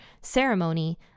ceremony